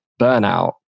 burnout